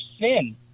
sin